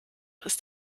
ist